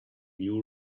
new